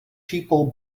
people